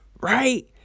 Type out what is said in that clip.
Right